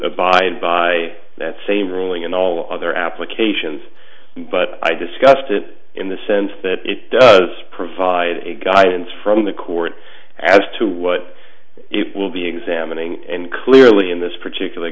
abide by that same ruling in all other applications but i discussed it in the sense that it does provide a guidance from the court as to what it will be examining and clearly in this particular